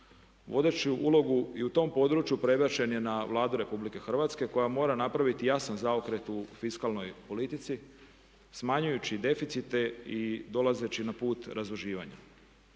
Vodeću ulogu i u tom području prebačen je na Vladu Republike Hrvatske koja mora napraviti jasan zaokret u fiskalnoj politici smanjujući deficite i dolazeći na put razduživanja,